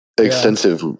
extensive